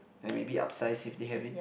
then maybe upsize if they have it